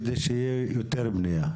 על מנת שתהיה יותר בנייה.